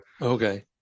Okay